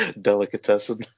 Delicatessen